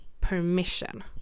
permission